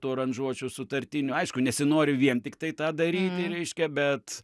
tų aranžuočių sutartinių aišku nesinori vien tiktai tą daryti reiškia bet